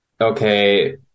okay